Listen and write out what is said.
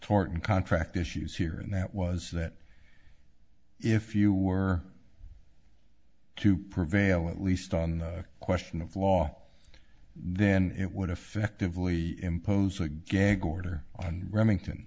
tartan contract issues here and that was that if you were to prevail at least on the question of law then it would effectively impose a gag order on remington